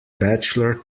bachelor